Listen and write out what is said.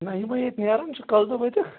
نہَ یِم ہے ییٚتہِ نیران چھِ کاہ دۅہ وٲتِکۍ